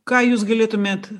ką jūs galėtumėt